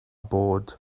bod